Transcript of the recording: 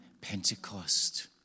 Pentecost